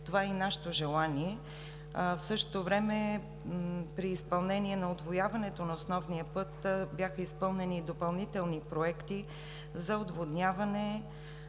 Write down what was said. Това е и нашето желание. В същото време при изпълнение на удвояването на основния път бяха изпълнени и допълнителни проекти за отводняване,